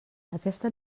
aquesta